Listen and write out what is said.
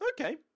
okay